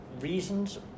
reasons